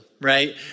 right